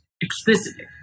explicitly